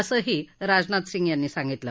असंही राजनाथसिंग यांनी सांगितलं